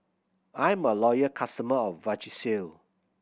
I'm a loyal customer of Vagisil